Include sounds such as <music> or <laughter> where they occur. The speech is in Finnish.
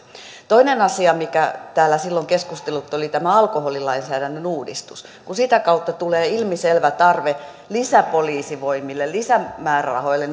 toinen asia mikä täällä silloin keskustelutti oli tämä alkoholilainsäädännön uudistus kun sitä kautta tulee ilmiselvä tarve lisäpoliisivoimille lisämäärärahoille <unintelligible>